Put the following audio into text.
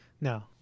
No